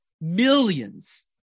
millions